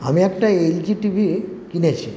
আমি একটা LG TV কিনেছি